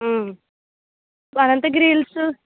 Anantagiri hills